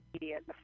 immediate